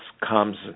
comes